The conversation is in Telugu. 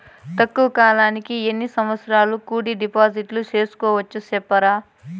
తక్కువ కాలానికి గా ఎన్ని సంవత్సరాల కు డిపాజిట్లు సేసుకోవచ్చు సెప్తారా